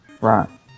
right